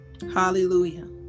Hallelujah